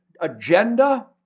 agenda